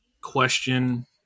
question